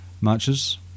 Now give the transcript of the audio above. matches